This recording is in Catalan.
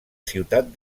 ciutat